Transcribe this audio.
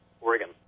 Oregon